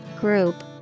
group